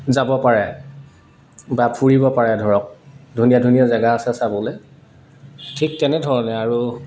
যাব পাৰে বা ফুৰিব পাৰে ধৰক ধুনীয়া ধুনীয়া জেগা আছে চাবলৈ ঠিক তেনেধৰণে আৰু